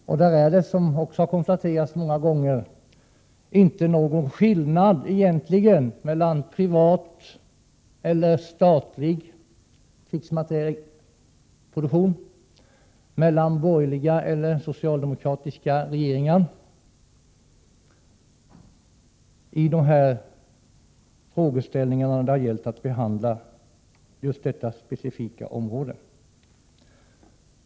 Som det har konstaterats många gånger, är det egentligen inte någon skillnad mellan privat och statlig krigsmaterielproduktion eller mellan borgerliga och socialdemokratiska regeringar då det gällt detta specifika område.